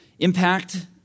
Impact